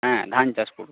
হ্যাঁ ধান চাষ করি